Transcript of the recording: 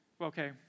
okay